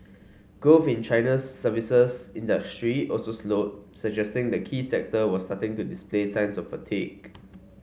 growth in China's services industry also slowed suggesting the key sector was starting to display signs fatigue